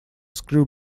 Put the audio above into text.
screw